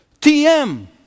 TM